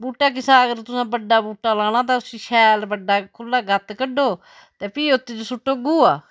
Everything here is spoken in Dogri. बूह्टा किसा अगर तुसें बड्डा बूह्टा लाना तां उसी शैल बड्डा खुल्ला गत्त कड्डो ते फ्ही ओत्त च सुट्टो गोहा